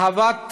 אהבת